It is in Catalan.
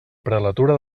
prelatura